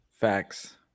Facts